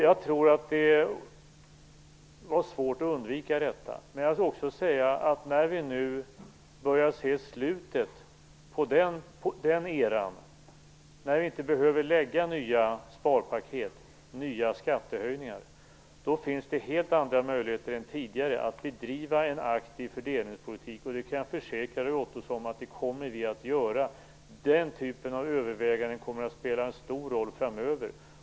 Jag tror att det var svårt att undvika detta, men jag vill också säga att när vi nu börjar se slutet på den eran, när vi inte längre behöver lägga fram nya sparpaket och nya skattehöjningar, då finns det helt andra möjligheter än tidigare att bedriva en aktiv fördelningspolitik, och jag kan försäkra Roy Ottosson om att det kommer vi att göra. Den typen av överväganden kommer att spela en stor roll framöver.